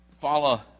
follow